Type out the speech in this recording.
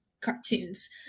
cartoons